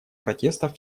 протестов